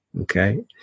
Okay